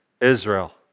Israel